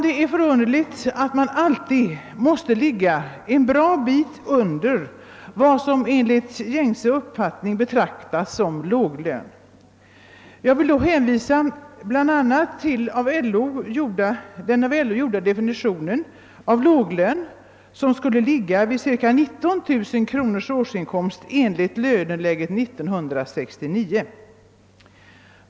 Det är förunderligt att man alltid måste ligga en bra bit under vad som enligt gängse uppfattning betraktas såsom låglön. Jag vill hänvisa bl.a. till den av LO gjorda definitionen av låglön, som skulle ligga vid cirka 19 000 kronors årsinkomst enligt löneläget år 1969.